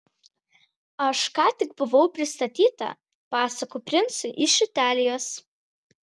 aš ką tik buvau pristatyta pasakų princui iš italijos